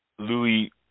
Louis